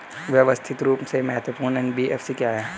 व्यवस्थित रूप से महत्वपूर्ण एन.बी.एफ.सी क्या हैं?